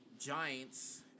Giants